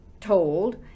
told